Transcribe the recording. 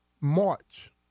March